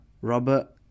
Robert